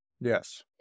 Yes